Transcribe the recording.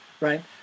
right